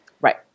Right